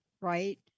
right